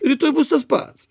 rytoj bus tas pats